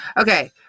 okay